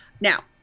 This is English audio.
now